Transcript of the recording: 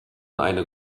eine